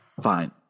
fine